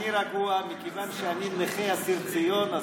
אני רגוע מכיוון שאני נכה ואסיר ציון,